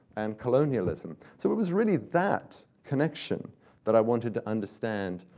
and colonialism. so it was really that connection that i wanted to understand,